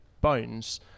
bones